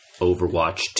Overwatch